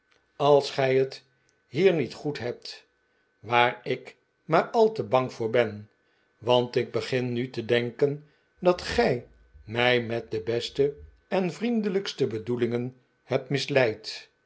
als gij het hier niet goed hebt waar ik maar al te bang voor ben want ik begin nu te denken dat gij mij met de beste en vriendelijkste bedoelingen hebt misleid